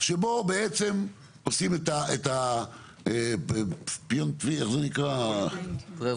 שבו בעצם עושים את fine tuning